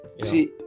See